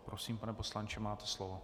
Prosím, pane poslanče, máte slovo.